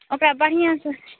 ओकरा बढ़िऑं से